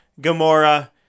Gamora